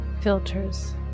filters